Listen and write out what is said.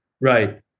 right